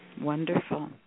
Wonderful